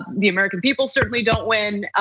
the american people certainly don't win.